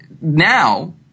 now